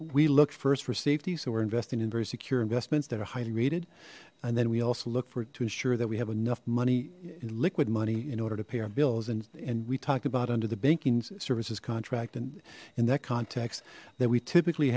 we looked first for safety so we're investing in very secure investments that are highly rated and then we also look for to ensure that we have enough money in liquid money in order to pay our bills and and we talked about under the banking services contract and in that context that we typically